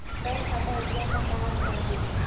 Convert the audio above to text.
Bank खाता ATM मा का अंतर हे?